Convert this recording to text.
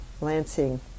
Lansing